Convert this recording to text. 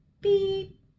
beep